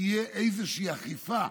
תהיה איזושהי אכיפה.